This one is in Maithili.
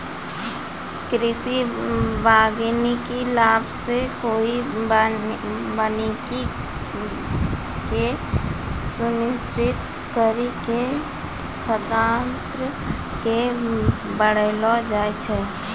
कृषि वानिकी लाभ से कृषि वानिकी के सुनिश्रित करी के खाद्यान्न के बड़ैलो जाय छै